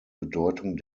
bedeutung